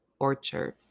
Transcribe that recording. orchard